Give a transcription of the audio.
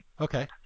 Okay